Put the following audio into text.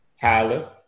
Tyler